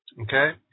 okay